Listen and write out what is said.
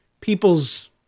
people's